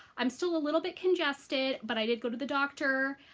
i'm still a little bit congested, but i did go to the doctor.